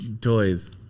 Toys